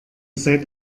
seid